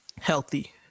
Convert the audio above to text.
healthy